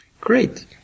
Great